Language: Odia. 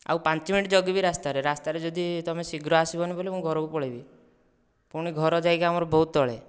ଆଉ ପାଞ୍ଚ ମିନିଟ ଜଗିବି ରାସ୍ତାରେ ରାସ୍ତାରେ ଯଦି ତୁମେ ଶୀଘ୍ର ଆସିବନି ବୋଇଲେ ମୁଁ ଘରକୁ ପଳାଇବି ପୁଣି ଘର ଯାଇକି ଆମର ବହୁତ ତଳେ